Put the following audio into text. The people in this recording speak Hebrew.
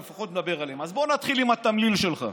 אז בוא נתחיל עם התמליל שלך.